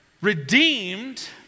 redeemed